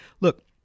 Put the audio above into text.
Look